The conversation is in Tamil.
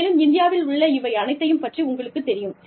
மேலும் இந்தியாவில் உள்ள இவை அனைத்தையும் பற்றி உங்களுக்கு தெரியும்